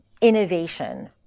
innovation